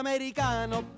Americano